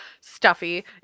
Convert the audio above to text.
stuffy